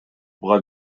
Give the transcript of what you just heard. буга